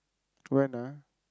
when ah